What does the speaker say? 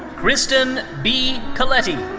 kristen b. coletti.